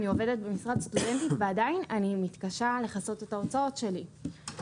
אני עובדת במשרת סטודנטית ועדיין אני מתקשה לכסות את ההוצאות שלי.